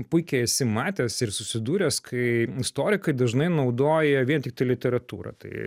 puikiai esi matęs ir susidūręs kai istorikai dažnai naudoja vien tiktai literatūrą tai